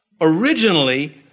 Originally